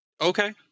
Okay